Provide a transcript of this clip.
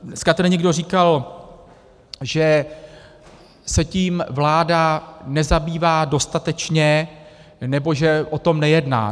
Dneska tady někdo říkal, že se tím vláda nezabývá dostatečně nebo že o tom nejedná.